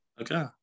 okay